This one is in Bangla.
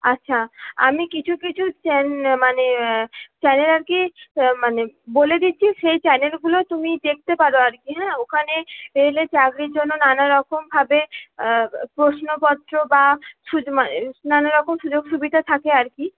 আচ্ছা আমি কিছু কিছু চ্যান মানে চ্যানেল আর কি মানে বলে দিচ্ছি সেই চ্যানেলগুলো তুমি দেখতে পারো আর কি হ্যাঁ ওখানে রেলে চাকরির জন্য নানারকমভাবে প্রশ্নপত্র বা সুযোগ মানে নানারকম সুযোগ সুবিধা থাকে আর কি